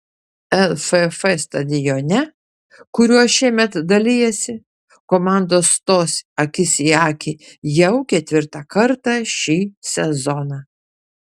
lff stadione kuriuo šiemet dalijasi komandos stos akis į akį jau ketvirtą kartą šį sezoną